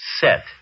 Set